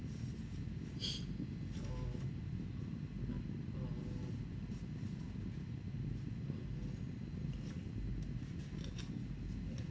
oh oh oh okay